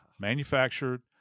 manufactured